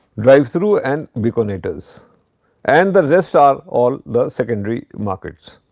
drives thru and baconators and the rest are all the secondary markets.